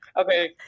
Okay